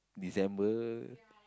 December